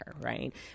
Right